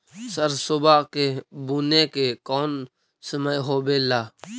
सरसोबा के बुने के कौन समय होबे ला?